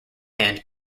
hand